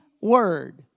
word